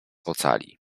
ocali